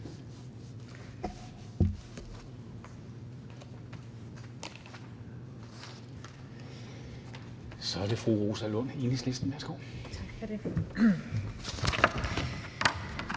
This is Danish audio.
Så er det fru Rosa Lund, Enhedslisten. Værsgo. Kl.